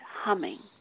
humming